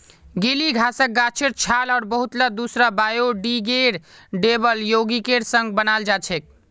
गीली घासक गाछेर छाल आर बहुतला दूसरा बायोडिग्रेडेबल यौगिकेर संग बनाल जा छेक